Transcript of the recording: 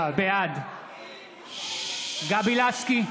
בעד גבי לסקי,